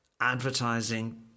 advertising